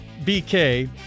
BK